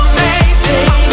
Amazing